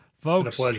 Folks